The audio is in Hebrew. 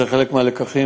זה חלק מהלקחים,